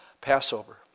Passover